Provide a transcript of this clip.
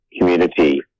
community